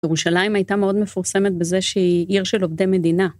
ירושלים הייתה מאוד מפורסמת בזה שהיא עיר של עובדי מדינה.